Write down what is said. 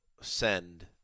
send